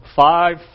five